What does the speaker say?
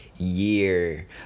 year